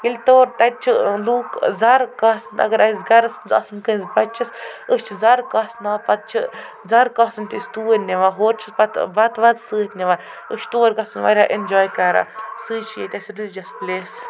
ییٚلہِ تور تَتہِ چھِ لوٗکھ زَرٕ کاسَن اگر اَسہِ گَرَس منٛز آسَن کٲنٛسہِ بَچَس أسۍ چھِ زَرٕ کاسناوان پتہٕ چھِ زَرٕ کاسُن تہِ أسۍ توٗرۍ نِوان ہورٕ چھِ پتہٕ بَتہٕ وَتہٕ سۭتۍ نِوان أسۍ چھِ تور گژھُن واریاہ اٮ۪نجاے کران سُے چھِ ییٚتہِ اَسہِ رٔلجَس پٕلیس